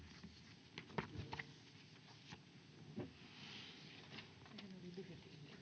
Kiitos